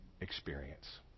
experience